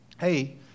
hey